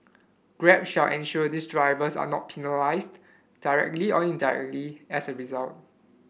Grab shall ensure these drivers are not penalised directly or indirectly as a result